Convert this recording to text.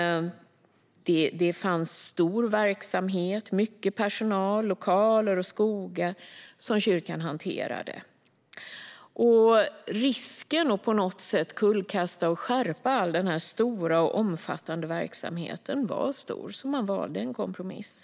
Det fanns stor verksamhet, mycket personal och lokaler och skogar som kyrkan hanterade. Risken att på något sätt kullkasta denna omfattande verksamhet var stor, så man valde en kompromiss.